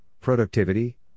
productivity